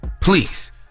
Please